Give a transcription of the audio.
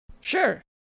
Sure